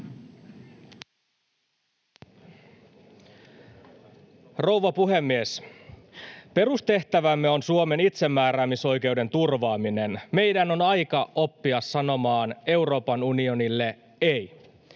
Rouva puhemies! Perustehtävämme on Suomen itsemääräämisoikeuden turvaaminen. Meidän on aika oppia sanomaan Euroopan unionille ”ei”.